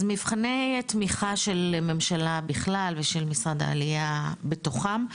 אז מבחני תמיכה של ממשלה בכלל ושל משרד העלייה בתוכם,